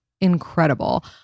incredible